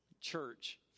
church